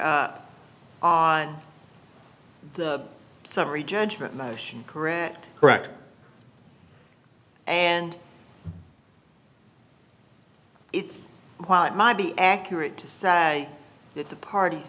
up on the summary judgment motion correct correct and it's while it might be accurate to say that the parties